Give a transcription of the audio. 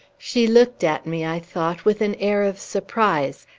she looked at me, i thought, with an air of surprise,